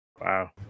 Wow